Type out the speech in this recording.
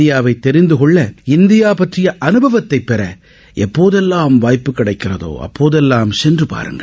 இந்தியாவை தெரிந்தகொள்ள இந்தியாவை பற்றிய அனுபவத்தை பெற எப்போதேல்லாம் வாய்ப்பு கிடைக்கிறதோ அப்போதேல்லாம் சென்று பாருங்கள்